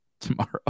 tomorrow